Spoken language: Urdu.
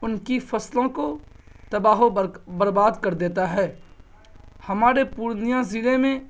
ان کی فصلوں کو تباہ و برباد کر دیتا ہے ہمارے پورنیہ ضلع میں